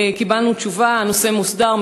קיבלנו תשובה: הנושא מוסדר,